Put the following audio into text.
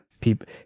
people